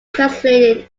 translated